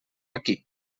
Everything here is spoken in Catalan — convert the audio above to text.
aquí